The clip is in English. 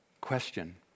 Question